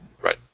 right